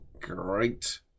great